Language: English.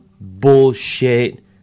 bullshit